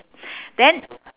then